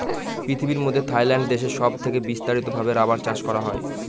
পৃথিবীর মধ্যে থাইল্যান্ড দেশে সব থেকে বিস্তারিত ভাবে রাবার চাষ করা হয়